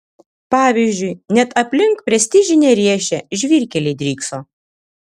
pavyzdžiui net aplink prestižinę riešę žvyrkeliai drykso